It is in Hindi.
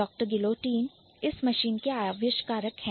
Dr Guillotine इस मशीन के आविष्कारक हैं